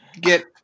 get